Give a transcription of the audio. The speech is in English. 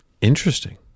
Interesting